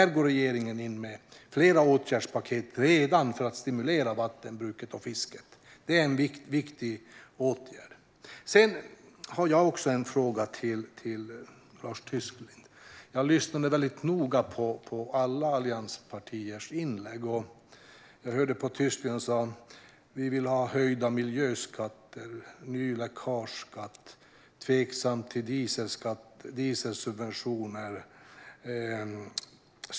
Regeringen går in med flera åtgärdspaket för att stimulera vattenbruket och fisket. Det är en viktig åtgärd. Jag har en fråga till Lars Tysklind. Jag lyssnade noga på alla allianspartiernas inlägg. Tysklind talade om att vilja ha höjda miljöskatter och ny läckageskatt. Han var tveksam till dieselskatt och dieselsubventioner.